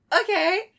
Okay